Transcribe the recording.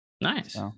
Nice